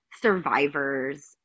survivors